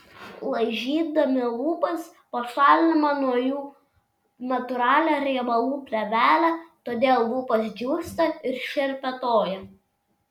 laižydami lūpas pašaliname nuo jų natūralią riebalų plėvelę todėl lūpos džiūsta ir šerpetoja